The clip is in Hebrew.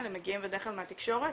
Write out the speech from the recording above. אלא מגיעים בדרך כלל מהתקשורת,